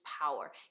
power